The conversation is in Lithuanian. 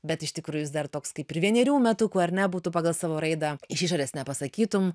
bet iš tikrųjų jis dar toks kaip ir vienerių metukų ar ne būtų pagal savo raidą iš išorės nepasakytum